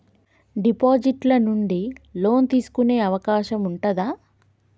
Deposit ల నుండి loan తీసుకునే అవకాశం ఉంటదా?